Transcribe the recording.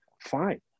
Fine